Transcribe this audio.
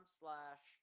slash